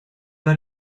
war